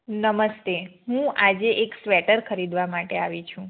નમસ્તે હું આજે એક સ્વેટર ખરીદવા માટે આવી છું